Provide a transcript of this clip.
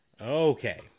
Okay